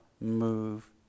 move